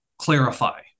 clarify